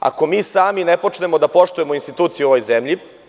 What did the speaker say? Ako mi sami ne počnemo da poštujemo instituciju u ovoj zemlji.